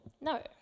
No